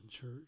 church